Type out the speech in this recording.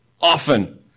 often